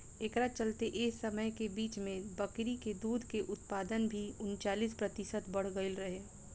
एकरा चलते एह समय के बीच में बकरी के दूध के उत्पादन भी उनचालीस प्रतिशत बड़ गईल रहे